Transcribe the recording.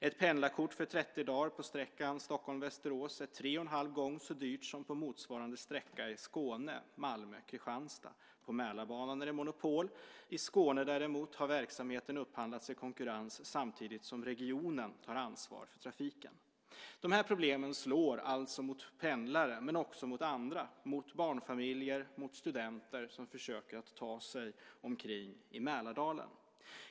Ett pendlarkort för 30 dagar på sträckan Stockholm-Västerås är tre och en halv gånger så dyrt som på motsvarande sträcka i Skåne, Malmö-Kristianstad. På Mälarbanan är det monopol. I Skåne däremot har verksamheten upphandlats i konkurrens samtidigt som regionen tar ansvar för trafiken. De här problemen slår alltså mot pendlare men också mot andra, mot barnfamiljer och mot studenter som försöker att ta sig runt i Mälardalen.